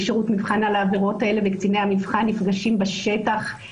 יכול להיות שאי אפשר לקבל אותו מהמשטרה אז נקבל אותו רק מהפרקליטות